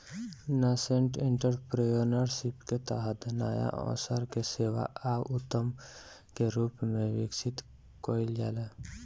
nascent entrepreneurship के तहत नाया अवसर के सेवा आ उद्यम के रूप में विकसित कईल जाला